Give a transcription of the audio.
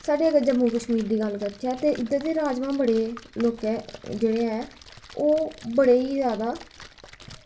ते साढ़े अगर जम्मू कश्मीर दी गल्ल करचै ते इद्धर दे राजमाह् बड़े लोकें जेह्ड़े ऐ ओह् बड़े गै जैदा